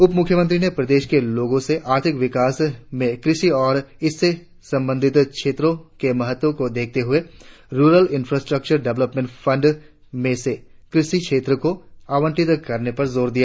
उपमुख्यमंत्री ने प्रदेश के लोगों के आर्थिक विकास में कृषि और इससे संबंधित क्षेत्रों के महत्व को देखते हुए रुरल इंफ्रास्टक्चर डवलपमेंट फंड में से कृषि क्षेत्र को आवंटित करने पर जोर दिया